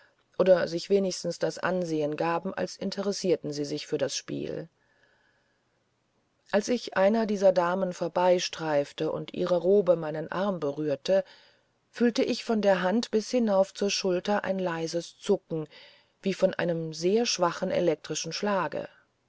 oder sich wenigstens das ansehen gaben als interessierten sie sich für das spiel als ich einer dieser damen vorbeistreifte und ihre robe meinen arm berührte fühlte ich von der hand bis hinauf zur schulter ein leises zucken wie von einem sehr schwachen elektrischen schlage